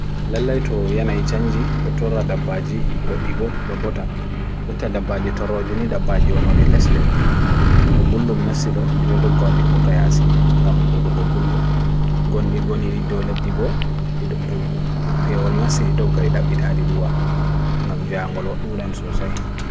Lalaito yanayi chanji, dotoradabaji, godi bo, dobo tak. Dotadabaji torojini, dabaji ono de les leti. To gulum nasi do, dito do gondi botayasi, gamu holo go gulum. Gondi goni dido leti bo, dito do peon nasi do gade dapit hadi doa. Gamja angol wakdoodan sosai.